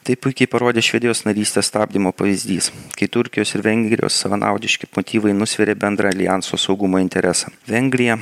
tai puikiai parodė švedijos narystės stabdymo pavyzdys kai turkijos ir vengrijos savanaudiški motyvai nusvėrė bendrą aljanso saugumo interesą vengrija